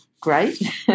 Great